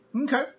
Okay